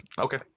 Okay